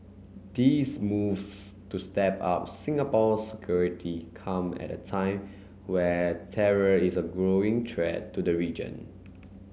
these moves to step up Singapore's security come at a time when terror is a growing threat to the region